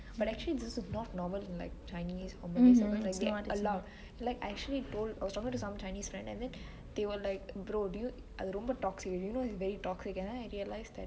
but actually this is not normal in chinese or malay circle it's not allowed like I actually told I was talking to some chinese friend and then they were like bro அது ரொம்ப:athu rombe toxic you know it's very toxic and then I realised that